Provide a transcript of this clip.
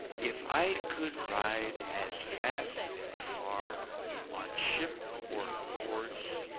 if i could ride as fast and far on ship or horse,